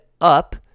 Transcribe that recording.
up